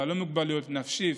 בעלי מוגבלות נפשית,